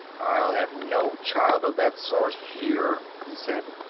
i'll have no child of that sort here, he said.